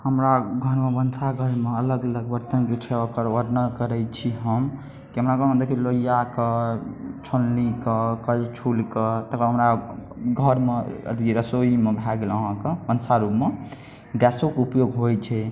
हमरा घरमे भनसाघरमे अलग अलग बरतन जे छै ओकर बर्नण करै छी हम कि हमरा गाँमे देखियौ लोहिया के छोल्लीं के करछुल के तखन हमरा घरमे अथी रसोइमे भए गेल अहाँके भनसा रूममे गैसोके उपयोग होइ छै